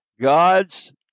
God's